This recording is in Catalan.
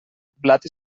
blat